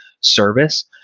service